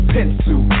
Pencil